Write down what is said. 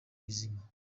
izima